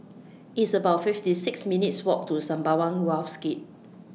It's about fifty six minutes' Walk to Sembawang Wharves Gate